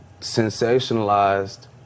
sensationalized